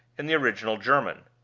in the original german.